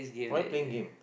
why playing game